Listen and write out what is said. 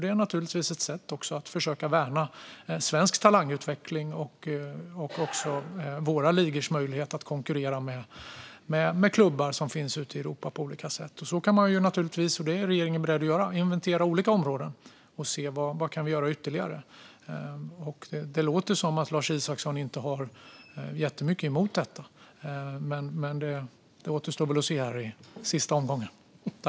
Det är ett sätt att försöka värna svensk talangutveckling och våra ligors möjlighet att konkurrera med klubbar ute i Europa. Man kan naturligtvis, vilket regeringen också är beredd att göra, inventera olika områden och se vad vi kan göra ytterligare. Det låter som att Lars Isacsson inte har jättemycket emot detta, men det återstår väl att se här i den sista debattomgången.